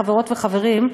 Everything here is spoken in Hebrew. חברות וחברים,